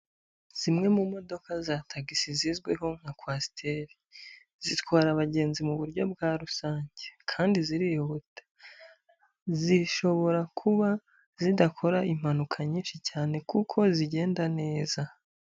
Zimwe mu modoka za tagisi zizwiho nka kwasiteri, zitwara abagenzi mu buryo bwa rusange kandi zirihuta, zishobora kuba zidakora impanuka nyinshi cyane kuko zigenda neza.